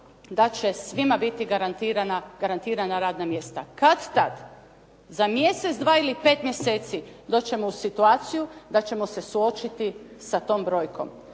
da će svima biti garantirana radna mjesta. Kada tada, za mjesec, dva ili 5 mjeseci, doći ćemo u situaciju da ćemo se suočiti sa tom brojkom.